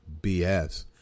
BS